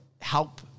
help